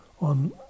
on